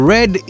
Red